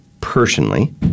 personally